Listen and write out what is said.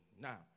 Now